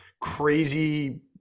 crazy